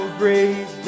great